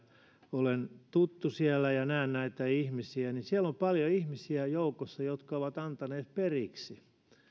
olen tuttu siellä ja näen näitä ihmisiä niin siellä on joukossa paljon ihmisiä jotka ovat antaneet periksi